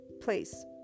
place